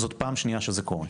זאת פעם שנייה שזה קורה,